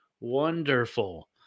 Wonderful